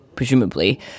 presumably